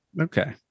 Okay